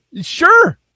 Sure